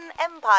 Empire